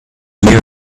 knew